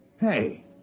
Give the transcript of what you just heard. Hey